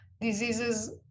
diseases